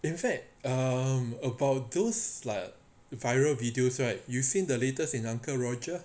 in fact um about those like viral videos right you've seen the latest in uncle roger